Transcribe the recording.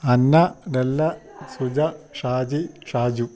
Anna Della Suja Shaji Shaju